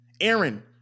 Aaron